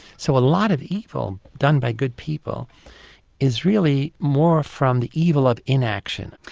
so a lot of evil done by good people is really more from the evil of inaction.